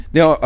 Now